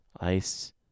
ice